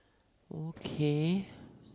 okay